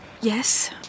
Yes